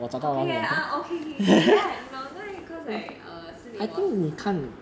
okay ah okay okay okay can then I normally because I err 是你 was